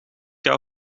jouw